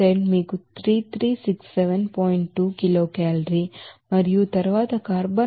2 kilocalorie మరియు తరువాత carbon monoxide 3397